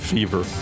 Fever